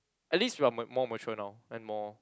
at least we are m~ more mature now and more